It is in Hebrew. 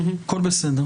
הכול בסדר.